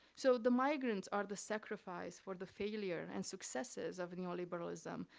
so the migrants are the sacrifice for the failure and successes of neoliberalism,